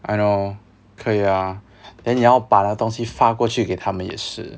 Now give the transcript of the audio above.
I know 可以啊 then 你要要把那东西发过去给他们也是